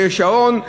ויש שעון,